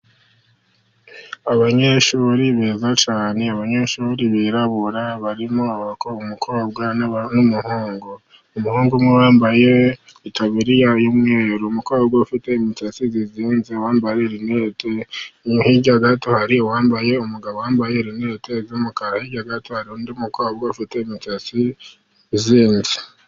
Abanyeshuri beza cyane, abanyeshuri birabura barimo umukobwa n'umuhungu, umuhungu umwe wambaye itaburiya y'umweru umukobwa ufite imisatsi izinze wambaye linete, hirya gato hari uwambaye umugabo wambaye linete z'umukara, hirya gato hari undi mukobwa ufite imitatsi izinze.